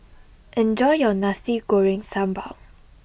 enjoy your Nasi Goreng Sambal